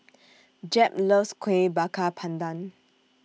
Jep loves Kueh Bakar Pandan